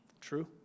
True